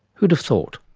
who'd have thought?